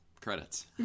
Credits